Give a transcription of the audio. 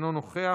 אינו נוכח.